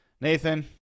nathan